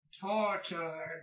Tortured